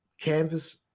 Canvas